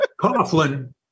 Coughlin